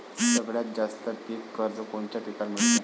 सगळ्यात जास्त पीक कर्ज कोनच्या पिकावर मिळते?